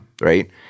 right